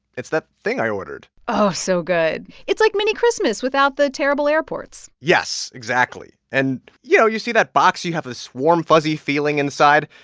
it's that thing i ordered oh, so good. it's like mini-christmas without the terrible airports yes, exactly. and you know, you see that box. you have this warm, fuzzy feeling inside.